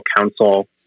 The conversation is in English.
Council